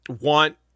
want